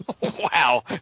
Wow